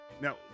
Now